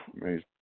Amazing